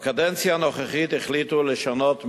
בקדנציה הנוכחית החליטו לשנות מגמה,